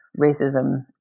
racism